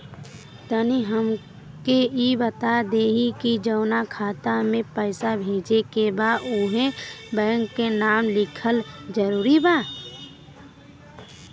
तनि हमके ई बता देही की जऊना खाता मे पैसा भेजे के बा ओहुँ बैंक के नाम लिखल जरूरी बा?